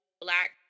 black